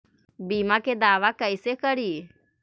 बीमा के दावा कैसे करी?